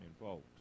involved